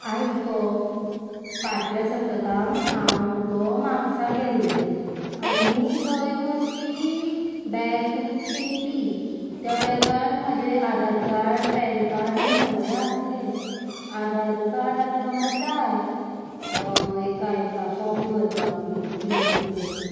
आयक गो फाटल्या सप्तकांक हांव मुगो म्हापसा गेल्ले आनी थंय म्हजी बॅग शेणली त्या बॅगान म्हजे आधार कार्ड पॅन कार्ड बीन सगळे आसले आधार कार्ड आतां म्हाका जाय एका एका फॉर्म भरपाक एक इम्पोर्टंट